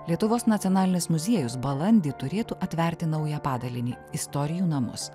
lietuvos nacionalinis muziejus balandį turėtų atverti naują padalinį istorijų namus